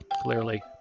clearly